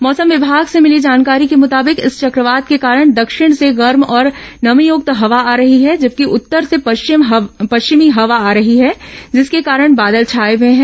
मौसम विभाग से भिली जानकारी के मुताबिक इस चक्रवात के कारण दक्षिण से गर्म और नमीयुक्त हवा आ रही है जबकि उत्तर से पश्चिमी हवा आ रही है जिसके कारण बादल छाए हुए है